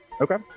Okay